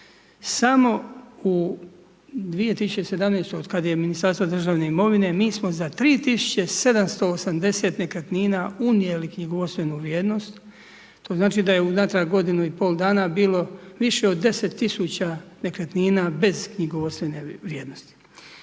Samo u 2017. od kad je Ministarstvo državne imovine, mi smo za 3780 nekretnina unijeli knjigovodstvenu vrijednost, to znači da je unatrag godinu i pol dana bilo više od 10 tisuća nekretnina bez knjigovodstvene vrijednosti.